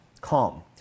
Calm